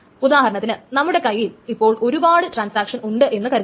ഉദാഹരണത്തിന് നമ്മുടെ കൈയിൽ ഇപ്പോൾ ഒരുപാട് ട്രാൻസാക്ഷൻ ഉണ്ട് എന്ന് കരുതുക